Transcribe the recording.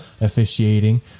officiating